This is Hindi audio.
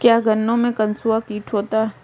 क्या गन्नों में कंसुआ कीट होता है?